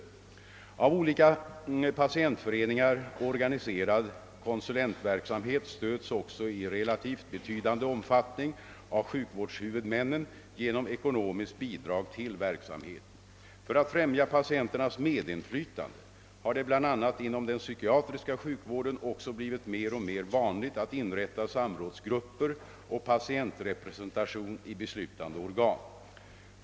Av olika patientföreningar organiserad konsulentverksamhet stöds också i relativt betydande omfattning av sjukvårdshuvudmännen genom ekonomiskt bidrag till verksamheten. flytande har det bl.a. inom den psykiatriska sjukvården också blivit mer och mer vanligt att inrätta samrådsgrupper och patientrepresentation i beslutande organ.